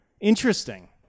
Interesting